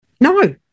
No